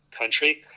country